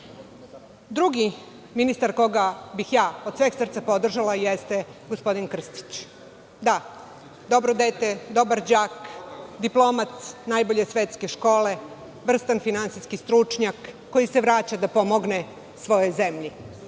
ministar koga bih ja od sveg srca podržala jeste gospodin Krstić. Da, dobro dete, dobar đak, diplomac najbolje svetske škole, vrstan finansijski stručnjak, koji se vraća da pomogne svojoj zemlji.